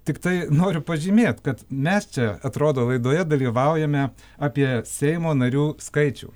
tiktai noriu pažymėt kad mes čia atrodo laidoje dalyvaujame apie seimo narių skaičių